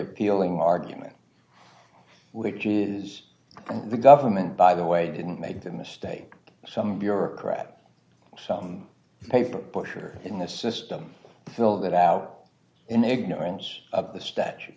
appealing argument which is the government by the way didn't make that mistake some bureaucrat some paper pusher in the system filled it out in ignorance of the statu